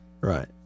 Right